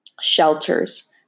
Shelters